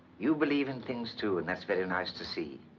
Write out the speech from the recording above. you believe in things too, and that's very nice to see.